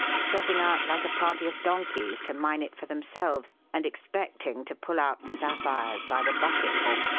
setting out like a party of donkeys to mine it for themselves, and expecting to pull out sapphires by the bucketful.